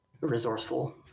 resourceful